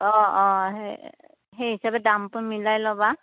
অঁ অঁ সেই সেই হিচাপে দামটো মিলাই ল'বা